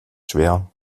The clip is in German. schwer